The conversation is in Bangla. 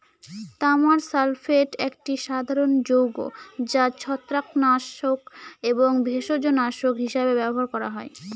তামার সালফেট একটি সাধারণ যৌগ যা ছত্রাকনাশক এবং ভেষজনাশক হিসাবে ব্যবহার করা হয়